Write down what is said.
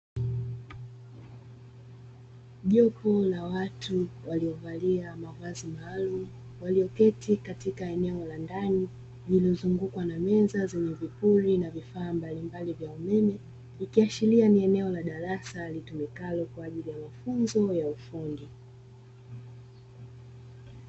Jopo la watu waliovalia mavazi maalumu walioketi katika eneo la ndani lililozungukwa na meza zenye vipuli na vifaa mbalimbali vya umeme ikiashiria ni eneo la darasa litumikalo kwa mafunzo ya ufundi.